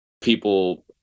people